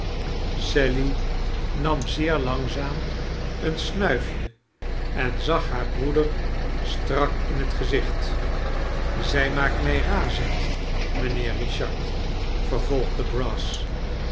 sally nam zeer langzaam een snuifje en zag haar broeder strak in het gezicht zij maakt mij razend mijnheer richard vervolgde brass